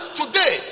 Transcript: today